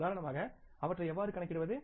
உதாரணமாக அவற்றை எவ்வாறு கணக்கிடுவது